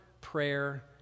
prayer